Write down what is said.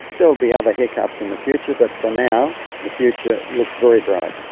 there will be other hiccups in the future but for now the future looks very bright.